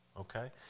okay